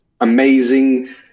amazing